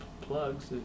plugs